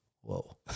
whoa